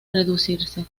reducirse